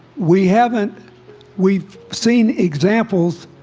we haven't we seen examples,